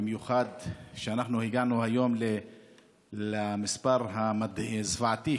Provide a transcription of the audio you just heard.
במיוחד שאנחנו הגענו היום למספר הזוועתי,